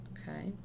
Okay